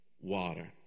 water